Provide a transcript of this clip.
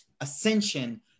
ascension